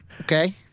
Okay